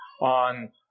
on